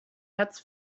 hertz